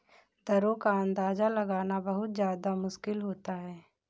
दरों का अंदाजा लगाना बहुत ज्यादा मुश्किल होता है